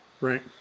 Right